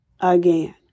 again